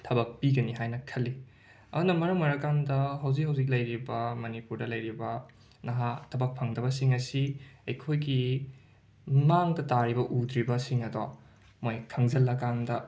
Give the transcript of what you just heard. ꯊꯕꯛ ꯄꯤꯒꯅꯤ ꯍꯥꯏꯅ ꯈꯜꯂꯤ ꯑꯗꯨꯅ ꯃꯔꯝ ꯑꯣꯏꯔꯀꯥꯟꯗ ꯍꯧꯖꯤꯛ ꯍꯧꯖꯤꯛ ꯂꯩꯔꯤꯕ ꯃꯅꯤꯄꯨꯔꯗ ꯂꯩꯔꯤꯕ ꯅꯍꯥ ꯊꯕꯛ ꯐꯪꯗꯕꯁꯤꯡ ꯑꯁꯤ ꯑꯩꯈꯣꯏꯒꯤ ꯃꯥꯡꯗ ꯇꯥꯔꯤꯕ ꯎꯗ꯭ꯔꯤꯕꯁꯤꯡ ꯑꯗꯣ ꯃꯣꯏ ꯈꯪꯖꯜꯂꯀꯥꯟꯗ